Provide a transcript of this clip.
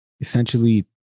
essentially